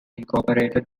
incorporated